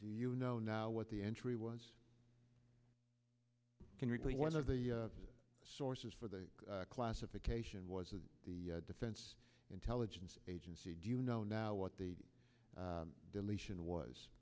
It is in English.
do you know now what the entry was one of the sources for the classification was with the defense intelligence agency do you know now what the deletion was